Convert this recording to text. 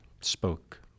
spoke